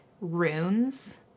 runes